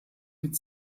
mit